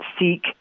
seek